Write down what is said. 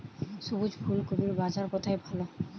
সবুজ ফুলকপির বাজার কোথায় ভালো?